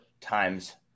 times